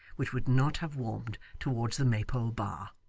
which would not have warmed towards the maypole bar.